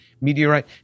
meteorite